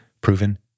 Proven